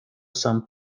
san